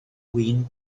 win